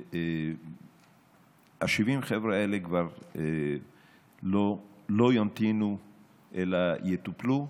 70 החבר'ה האלה לא ימתינו אלא יטופלו.